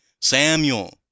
Samuel